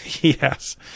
Yes